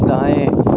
दाएँ